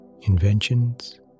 inventions